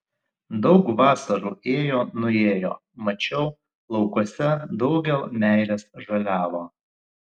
daug vasarų ėjo nuėjo mačiau laukuose daugel meilės žaliavo